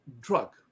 drug